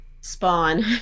spawn